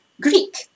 Greek